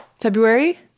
February